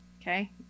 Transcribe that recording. Okay